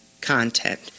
content